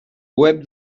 web